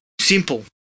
simple